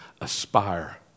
aspire